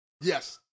Yes